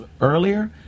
earlier